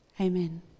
Amen